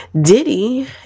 diddy